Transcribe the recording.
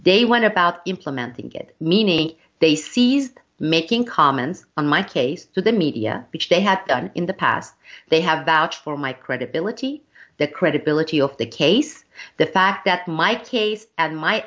they went about implementing it meaning they seized making comments on my case to the media which they had done in the past they have vouched for my credibility the credibility of the case the fact that my case and my